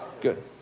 Good